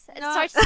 No